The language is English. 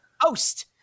host